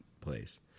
place